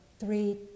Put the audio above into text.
three